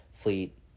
fleet